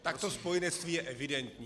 Tak to spojenectví je evidentní.